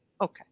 Okay